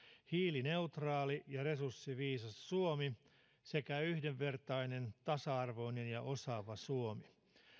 hiilineutraali ja resurssiviisas suomi sekä yhdenvertainen tasa arvoinen ja osaava suomi